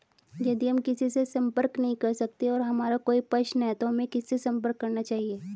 यदि हम किसी से संपर्क नहीं कर सकते हैं और हमारा कोई प्रश्न है तो हमें किससे संपर्क करना चाहिए?